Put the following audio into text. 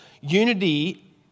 Unity